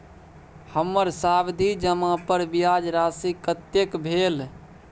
हमर सावधि जमा पर ब्याज राशि कतेक भेल?